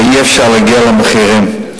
ואי-אפשר להגיע למחירים.